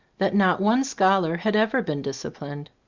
that not one scholar had ever been disciplined.